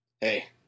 Hey